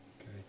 okay